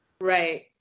Right